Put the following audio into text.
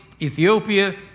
Ethiopia